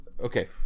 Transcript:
Okay